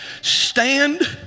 Stand